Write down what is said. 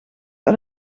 uit